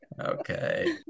Okay